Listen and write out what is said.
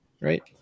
right